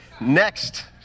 Next